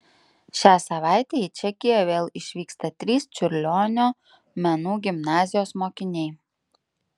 šią savaitę į čekiją vėl išvyksta trys čiurlionio menų gimnazijos mokiniai